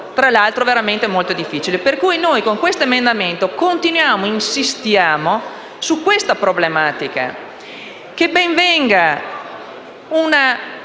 un mondo veramente molto difficile. Per cui noi, con questo emendamento, continuiamo ad insistere su questa problematica. Ben venga